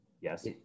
Yes